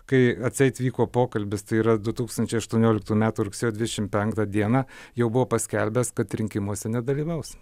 kai atseit vyko pokalbis tai yra du tūkstančiai aštuonioliktų metų rugsėjo dvidešimt penktą dieną jau buvo paskelbęs kad rinkimuose nedalyvaus